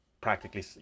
practically